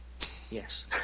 Yes